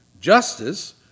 justice